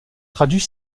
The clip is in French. traduit